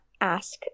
ask